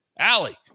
Allie